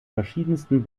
verschiedensten